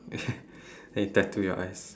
then you tattoo your eyes